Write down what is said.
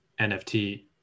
NFT